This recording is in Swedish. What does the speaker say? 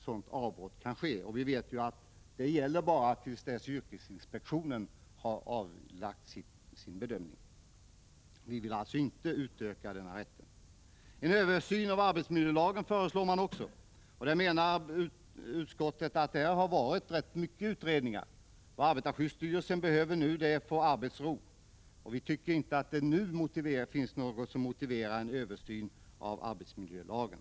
Denna rätt gäller som bekant endast till dess att yrkesinspektionen har gjort sin bedömning. Vi vill alltså inte utöka denna rätt. Man föreslår också en översyn av arbetsmiljölagen. Utskottet menar att arbetar vid bildskärmar. I reservation 3 föreslår Lars-Ove Hagberg att man skall tillskapa en det redan har varit rätt omfattande utredningar. Vad arbetarskyddsstyrelsen = Prot. 1985/86:109 nu behöver är arbetsro. Utskottet anser inte att det för närvarande finns 4 april 1986 något som motiverar en översyn av arbetsmiljölagen.